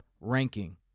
ranking